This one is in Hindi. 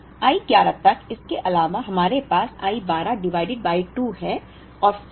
तो I 11 तक इसके अलावा हमारे पास I 12 डिवाइडेड बाय 2 है